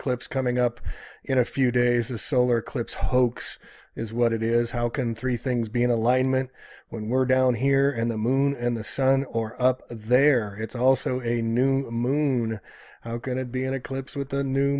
eclipse coming up in a few days a solar eclipse hoax is what it is how can three things being alignment when we're down here and the moon and the sun or up there it's also a new moon going to be in eclipse with the new